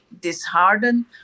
disheartened